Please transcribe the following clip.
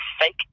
fake